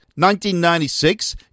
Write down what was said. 1996